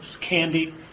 candy